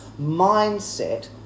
mindset